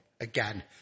again